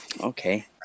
Okay